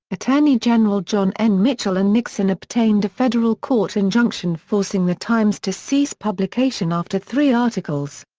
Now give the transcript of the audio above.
attorney general john n. mitchell and nixon obtained a federal court injunction forcing the times to cease publication after three articles.